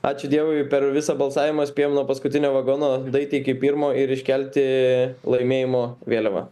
ačiū dievui per visą balsavimą spėjom nuo paskutinio vagono daeit iki pirmo ir iškelti laimėjimo vėliavą